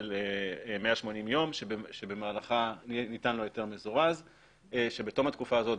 180 ימים במהלכה ניתן לו היתר מזורז ובתום התקופה הזאת,